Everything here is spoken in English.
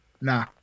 Nah